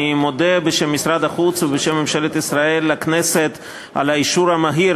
אני מודה בשם משרד החוץ ובשם ממשלת ישראל לכנסת על האישור המהיר,